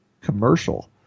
commercial